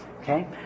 okay